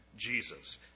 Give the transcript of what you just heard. Jesus